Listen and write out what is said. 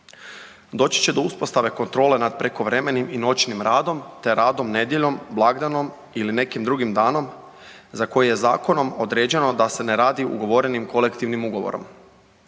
Doći će do uspostave kontrole nad prekovremenim i noćnim radom te radom nedjeljom, blagdanom ili nekim drugim danom za koji je zakonom određeno da se ne radi ugovorenim kolektivnim ugovorom.